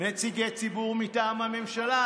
נציגי ציבור מטעם הממשלה?